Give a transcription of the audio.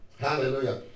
Hallelujah